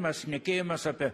mes šnekėjomės apie